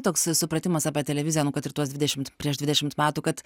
toks supratimas apie televiziją nu kad ir tuos dvidešimt prieš dvidešimt metų kad